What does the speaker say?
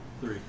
Three